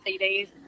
CDs